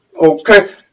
okay